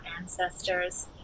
ancestors